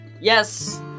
Yes